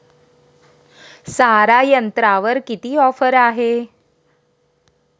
सारा यंत्रावर किती ऑफर आहे?